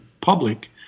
public